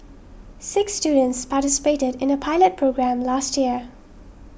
six students participated in a pilot programme last year